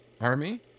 Army